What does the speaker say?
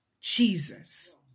Jesus